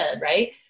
right